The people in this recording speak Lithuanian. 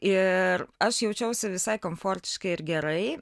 ir aš jaučiausi visai komfortiškai ir gerai